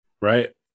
Right